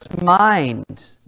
mind